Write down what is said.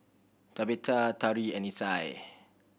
Tabetha Tari and Isai